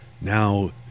now